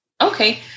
Okay